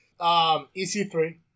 EC3